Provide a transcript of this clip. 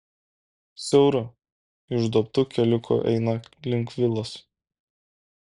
siauru išduobtu keliuku eina link vilos